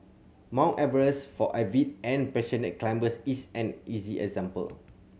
Mount Everest for avid and passionate climbers is an easy example